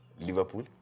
Liverpool